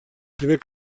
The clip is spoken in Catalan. primer